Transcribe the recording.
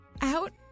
Out